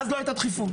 אז לא היתה דחיפות.